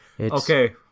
Okay